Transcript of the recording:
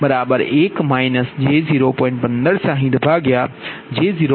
તેથી V1fV10 Z14Z44V401